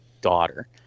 daughter